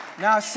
Now